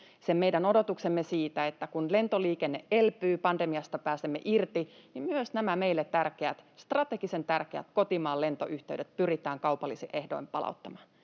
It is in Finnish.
odotuksemme siitä, että kun lentoliikenne elpyy, pandemiasta pääsemme irti, niin myös nämä meille tärkeät, strategisen tärkeät, kotimaan lentoyhteydet pyritään kaupallisin ehdoin palauttamaan.